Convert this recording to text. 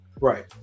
right